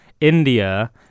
India